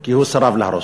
כי הוא סירב להרוס.